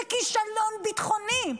זה כישלון ביטחוני.